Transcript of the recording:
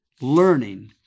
learning